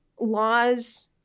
laws